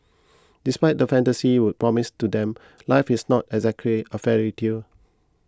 despite the fantasy world promised to them life is not exactly a fairy tale